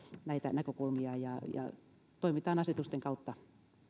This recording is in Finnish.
näitä näkökulmia ja ja toimitaan asetusten kautta